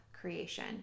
creation